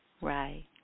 Right